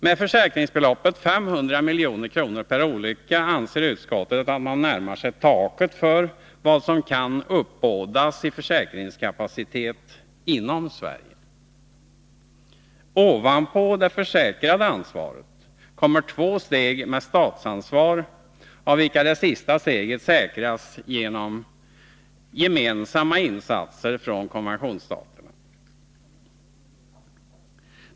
Med försäkringsbeloppet 500 milj.kr. per olycka anser utskottet att man närmar sig taket för vad som kan uppbådas i försäkringskapacitet inom Sverige. Ovanpå det försäkrade ansvaret kommer två steg med statsansvar, av vilka det senare steget säkras genom gemensamma insatser från konventionsstaterna.